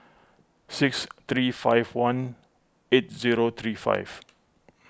six three five one eight zero three five